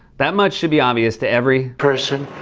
that much should be obvious to every. person,